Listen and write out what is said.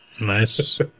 nice